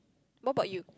what about you